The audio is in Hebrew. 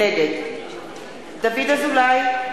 נגד דוד אזולאי,